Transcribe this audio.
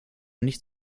nicht